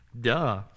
duh